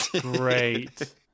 Great